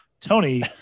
Tony